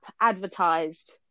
advertised